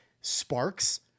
sparks